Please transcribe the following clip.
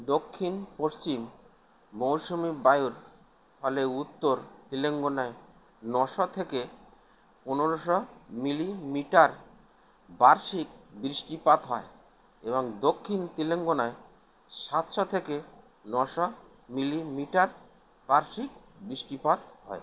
দক্ষিণ পশ্চিম মৌসুমী বায়ুর ফলে উত্তর তেলেঙ্গনায় নশো থেকে পনেরোশো মিলিমিটার বার্ষিক বৃষ্টিপাত হয় এবং দক্ষিণ তেলেঙ্গনায় সাতশো থেকে নশো মিলিমিটার বার্ষিক বৃষ্টিপাত হয়